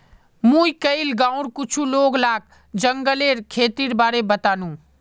मुई कइल गांउर कुछ लोग लाक जंगलेर खेतीर बारे बतानु